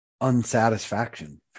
unsatisfaction